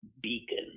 beacon